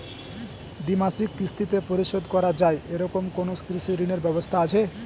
দ্বিমাসিক কিস্তিতে পরিশোধ করা য়ায় এরকম কোনো কৃষি ঋণের ব্যবস্থা আছে?